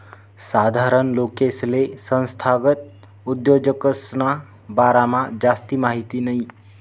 साधारण लोकेसले संस्थागत उद्योजकसना बारामा जास्ती माहिती नयी